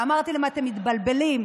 אמרתי להם: אתם מתבלבלים.